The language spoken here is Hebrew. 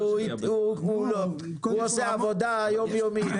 הוא עושה עבודה יומיומית,